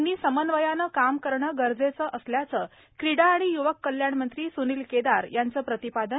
यांनी समन्वयानं काम करणं गरजेचं असल्याचं क्रीडा आणि युवक कल्याण मंत्री सुनील केदार यांचं प्रतिपादन